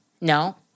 No